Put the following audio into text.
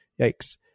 yikes